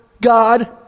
God